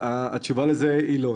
התשובה לזה היא לא.